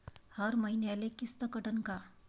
हर मईन्याले किस्त कटन का?